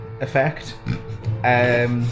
effect